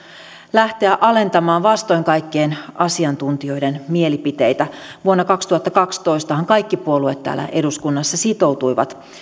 lähteä alentamaan vastoin kaikkien asiantuntijoiden mielipiteitä vuonna kaksituhattakaksitoistahan kaikki puolueet täällä eduskunnassa sitoutuivat